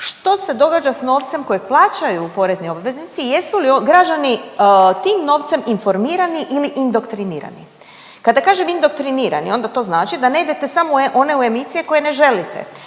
što se događa s novcem kojeg plaćaju porezni obveznici i jesu li građani tim novcem informirani ili indoktrinirani. Kada kažem indoktrinirani onda to znači da ne idete samo u one emisije koje ne želite